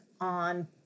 on